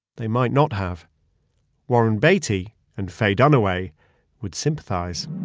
they might not have warren beatty and faye dunaway would sympathize,